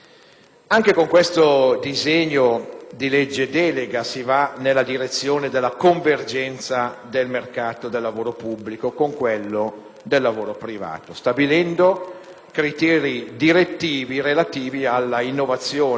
Anche con questo disegno di legge delega si va nella direzione della convergenza del mercato del lavoro pubblico con quello del lavoro privato, stabilendo criteri direttivi relativi alla innovazione